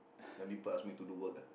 when people ask me to do work ah